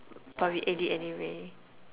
but we ate it anyway